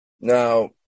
Now